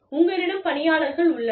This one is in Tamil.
உங்களிடம் பணியாளர்கள் உள்ளனர்